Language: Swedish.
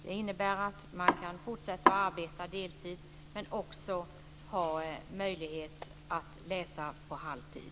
Det innebär att de kan fortsätta att arbeta deltid men också ha möjlighet att läsa på halvtid.